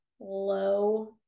low